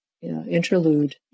interlude